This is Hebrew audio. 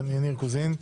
יניר קוזין.